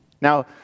Now